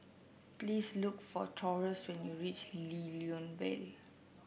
please look for Taurus when you reach Lew Lian Vale